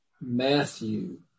Matthew